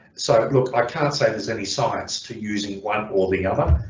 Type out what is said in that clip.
so look i can't say there's any science to using one or the other.